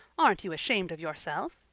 aren't you ashamed of yourself?